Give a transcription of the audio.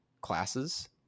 classes